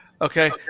Okay